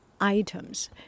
Items